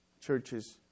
churches